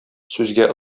сүзгә